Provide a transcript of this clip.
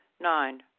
Nine